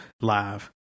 live